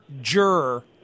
juror